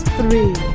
three